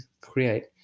create